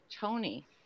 Tony